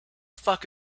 fuck